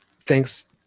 thanks